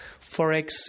Forex